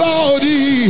Lordy